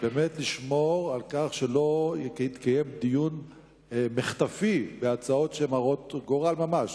באמת לשמור על כך שלא יתקיים דיון מחטפי בהצעות שהן הרות גורל ממש.